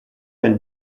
and